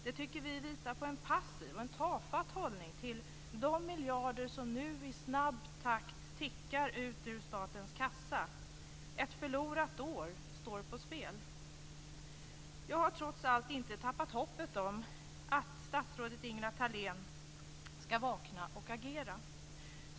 Det tycker vi visar på en passiv och tafatt hållning till de miljarder som nu i snabb takt tickar ut ur statens kassa. Ett förlorat år står på spel. Jag har trots allt inte tappat hoppet om att statsrådet Ingela Thalén ska vakna och agera.